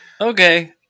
Okay